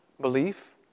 belief